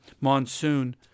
monsoon